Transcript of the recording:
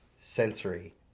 sensory